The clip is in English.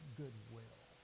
goodwill